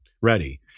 ready